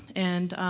and,